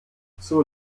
zur